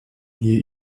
hier